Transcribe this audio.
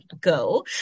go